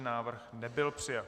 Návrh nebyl přijat.